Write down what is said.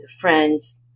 friends